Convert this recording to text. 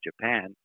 Japan